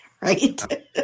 right